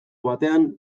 batean